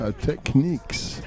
Techniques